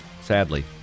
sadly